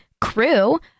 crew